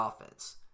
offense